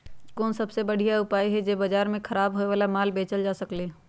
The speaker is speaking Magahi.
कोन सबसे बढ़िया उपाय हई जे से बाजार में खराब होये वाला माल बेचल जा सकली ह?